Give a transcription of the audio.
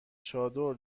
چادر